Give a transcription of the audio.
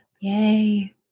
Yay